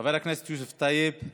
חבר הכנסת יוסף טייב,